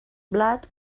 blat